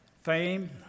fame